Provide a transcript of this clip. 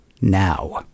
Now